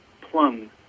plum